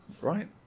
Right